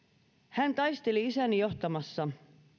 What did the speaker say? hän taisteli isäni johtamassa